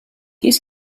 qu’est